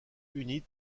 unit